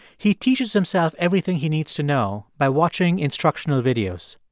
he teaches himself everything he needs to know by watching instructional videos.